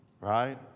right